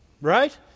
Right